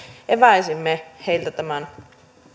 epäisimme heiltä tämän